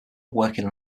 working